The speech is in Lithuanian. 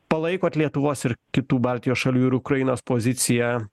palaikot lietuvos ir kitų baltijos šalių ir ukrainos poziciją